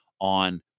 on